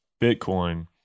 Bitcoin